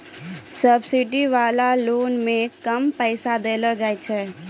subsidy वाला loan मे कम पैसा देलो जाय छै